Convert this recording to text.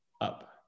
up